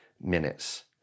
minutes